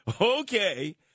Okay